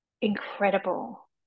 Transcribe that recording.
incredible